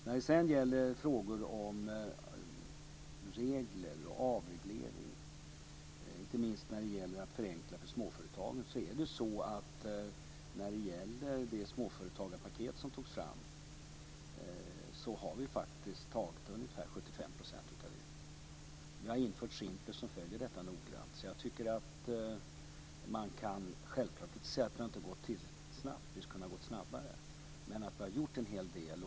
När det sedan gäller frågan om regler och avreglering, inte minst att förenkla för småföretagen, har vi i fråga om det småföretagarpaketet som togs fram klarat ungefär 75 % av det. Vi har inrättat Simplex, som följer detta noggrant. Man kan självfallet kritisera att vi inte har gått fram tillräckligt snabbt och säga att vi skulle ha kunnat gå snabbare. Men vi har gjort en hel del.